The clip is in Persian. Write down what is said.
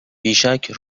بیشک